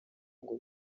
ngo